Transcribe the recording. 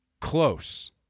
Close